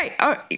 Right